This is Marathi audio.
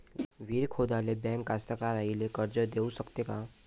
विहीर खोदाले बँक कास्तकाराइले कर्ज देऊ शकते का?